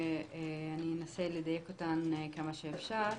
ואני אנסה לדייק אותן עד כמה שאפשר.